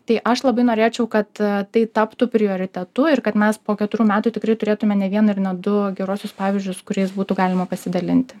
tai aš labai norėčiau kad tai taptų prioritetu ir kad mes po keturių metų tikrai turėtume ne vieną ir ne du geruosius pavyzdžius kuriais būtų galima pasidalinti